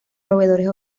proveedores